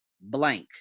blank